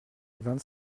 vingt